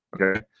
Okay